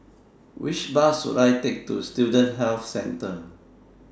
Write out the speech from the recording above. Which Bus should I Take to Student Health Centre